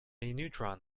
neutron